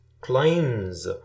claims